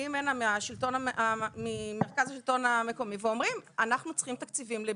כשמגיעים הנה ממרכז השלטון המקומי ואומרים: אנחנו